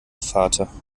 vater